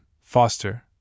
Foster